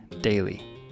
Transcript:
daily